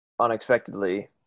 unexpectedly